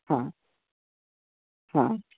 हा हा